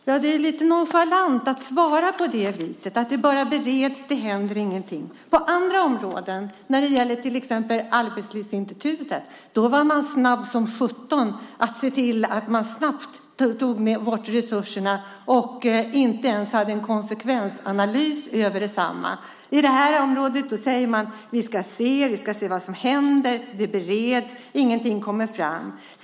Herr talman! Det är lite nonchalant att svara på det viset, att frågan bereds. Det händer ingenting. På andra områden, till exempel i fråga om Arbetslivsinstitutet, var man snabb som sjutton med att ta bort resurserna. Det gjordes inte ens en konsekvensanalys. På det här området säger man: Vi ska se vad som händer. Ärendet bereds. Ingenting kommer fram.